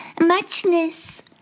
muchness